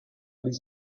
dies